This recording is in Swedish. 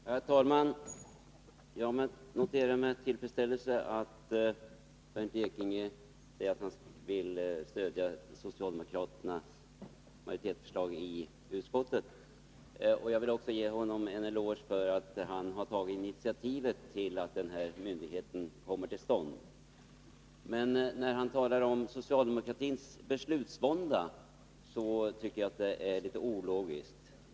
Herr talman! Jag noterar med tillfredsställelse att Bernt Ekinge kommer att stödja socialdemokraternas majoritetsförslag i utskottet. Jag vill också ge honom en eloge för att han tagit initiativet till att den här myndigheten kommer till stånd. Men när han talar om socialdemokratins beslutsvånda tycker jag han är litet ologisk.